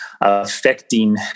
affecting